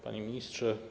Panie Ministrze!